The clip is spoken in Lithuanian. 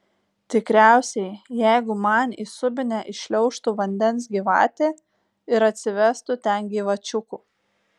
tikriausiai jeigu man į subinę įšliaužtų vandens gyvatė ir atsivestų ten gyvačiukų